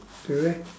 do they